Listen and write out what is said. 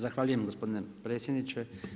Zahvaljujem gospodine potpredsjedniče.